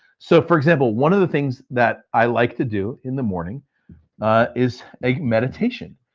so for example, one of the things that i like to do in the morning is a meditation.